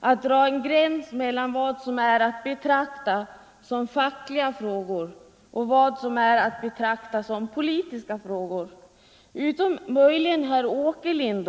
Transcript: att dra en gräns mellan vad som är att betrakta som fackliga eller politiska frågor. Det skulle då möjligen vara herr Åkerlind.